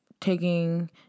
Taking